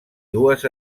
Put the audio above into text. dues